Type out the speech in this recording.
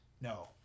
no